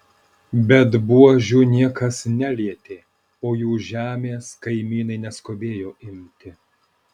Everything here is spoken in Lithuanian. bet buožių niekas nelietė o jų žemės kaimynai neskubėjo imti